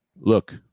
look